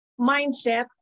mindset